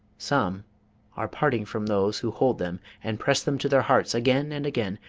some are parting from those who hold them and press them to their hearts again and again,